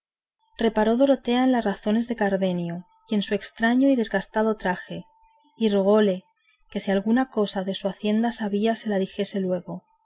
reparó dorotea en las razones de cardenio y en su estraño y desastrado traje y rogóle que si alguna cosa de su hacienda sabía se la dijese luego